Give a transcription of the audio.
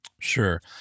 Sure